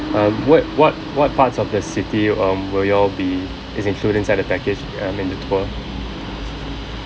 um what what what parts of the city will y'all be is included inside the package um in the tour